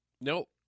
Nope